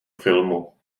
filmu